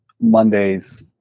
Mondays